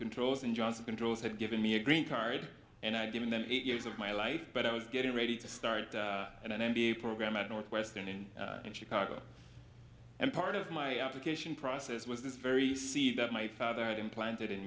controls and johnson controls had given me a green card and i'd given them eight years of my life but i was getting ready to start an m b a program at northwestern and in chicago and part of my application process was this very see that my father had implanted